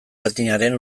etniaren